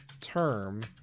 term